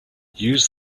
use